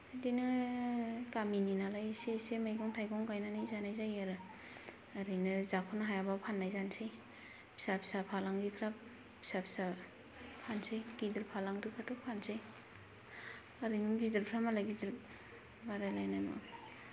बिदिनो गामिनि नालाय इसे इसे मैगं थाइगं गायनानै जानाय जायो आरो ओरैनो जाख'नो हायाबा फाननाय जानोसै फिसा फिसा फालांगिफ्रा फिसा फिसा फानसै गिदिर फालांगिफ्राथ' फानसै ओरैनो गिदिरफ्रा मालाय गिदिर बादायलायनाय मा